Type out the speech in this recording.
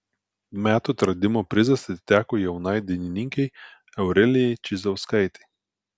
metų atradimo prizas atiteko jaunai dainininkei aurelijai čižauskaitei